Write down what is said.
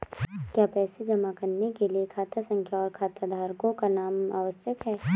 क्या पैसा जमा करने के लिए खाता संख्या और खाताधारकों का नाम आवश्यक है?